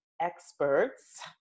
experts